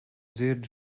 dzirdu